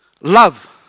love